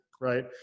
right